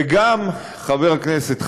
וגם, חבר כנסת חנין,